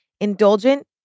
Indulgent